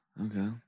okay